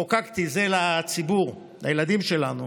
חוקקתי, זה לציבור, לילדים שלנו.